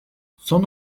son